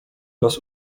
raz